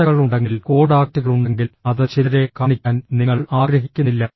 ചർച്ചകൾ ഉണ്ടെങ്കിൽ കോൺടാക്റ്റുകൾ ഉണ്ടെങ്കിൽ അത് ചിലരെ കാണിക്കാൻ നിങ്ങൾ ആഗ്രഹിക്കുന്നില്ല